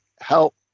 help